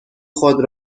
خود